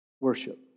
worship